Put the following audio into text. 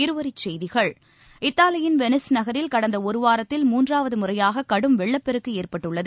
இருவரிச்செய்திகள் இத்தாலியின் வெளிஸ் நகரில் கடந்த ஒருவாரத்தில் மூன்றாவது முறையாக கடும் வெள்ளப் பெருக்கு ஏற்பட்டுள்ளது